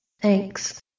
Thanks